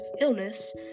illness